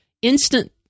Instant